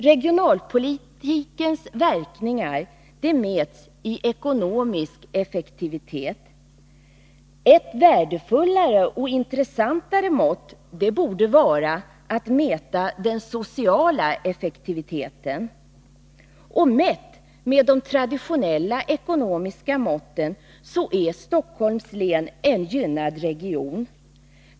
Regionalpolitikens verkningar mäts i ekonomisk effektivitet. Ett värdefullare och intressantare mått borde vara den sociala effektiviteten. Mätt med de traditionella ekonomiska måtten är Stockholms län en gynnad region.